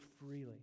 freely